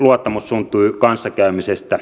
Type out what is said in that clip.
luottamus syntyy kanssakäymisestä